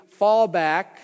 fallback